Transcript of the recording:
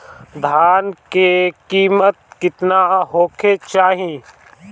धान के किमत केतना होखे चाही?